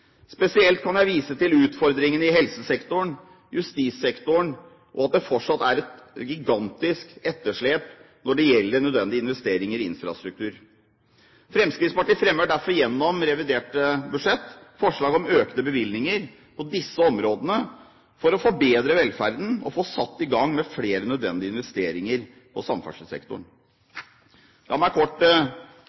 Spesielt kan jeg vise til utfordringene i helsesektoren og justissektoren, og at det fortsatt er et gigantisk etterslep når det gjelder nødvendige investeringer i infrastruktur. Fremskrittspartiet fremmer derfor i forbindelse med det reviderte budsjett forslag om økte bevilgninger på disse områdene for å forbedre velferden og få satt i gang med flere nødvendige investeringer på samferdselssektoren. La meg kort